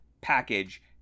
package